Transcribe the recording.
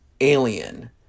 Alien